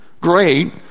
Great